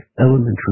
elementary